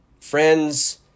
friends